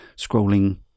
scrolling